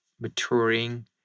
maturing